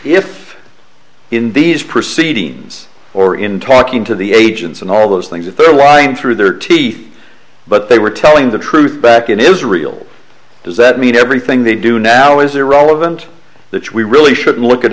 you in these proceedings or in talking to the agents and all those things if they're lying through their teeth but they were telling the truth back it is real does that mean everything they do now is irrelevant that we really should look at